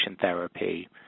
therapy